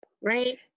right